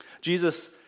Jesus